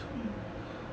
um